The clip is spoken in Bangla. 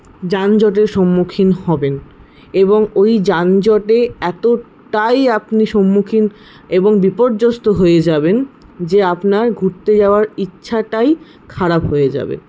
যানজটের সম্মুখীন হবেন এবং ওই যানজটে এতটাই আপনি সম্মুখীন এবং বিপর্যস্ত হয়ে যাবেন যে আপনার ঘুরতে যাওয়ার ইচ্ছাটাই খারাপ হয়ে যাবে